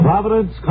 Providence